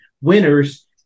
winners